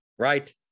Right